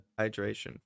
hydration